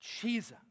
Jesus